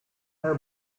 her